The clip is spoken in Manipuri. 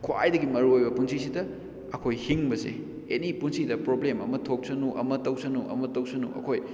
ꯈ꯭ꯋꯥꯏꯗꯒꯤ ꯃꯔꯨꯑꯣꯏꯕ ꯄꯨꯟꯁꯤꯁꯤꯗ ꯑꯩꯈꯣꯏ ꯍꯤꯡꯕꯁꯦ ꯑꯦꯅꯤ ꯄꯨꯟꯁꯤꯗ ꯄ꯭ꯔꯣꯕ꯭ꯂꯦꯝ ꯑꯃ ꯊꯣꯛꯁꯅꯨ ꯑꯃ ꯇꯧꯁꯅꯨ ꯑꯃ ꯇꯧꯁꯅꯨ ꯑꯩꯈꯣꯏ